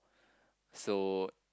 so